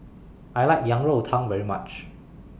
I like Yang Rou Tang very much